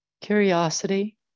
curiosity